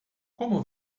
como